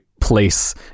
place